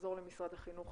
ונחזור למשרד החינוך